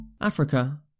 Africa